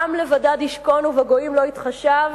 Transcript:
"עם לבדד ישכן ובגוים לא יתחשב",